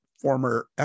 former